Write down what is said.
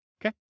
Okay